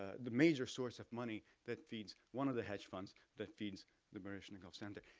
ah the major source of money that feeds one of the hedge funds, that feeds the baryshnikov center.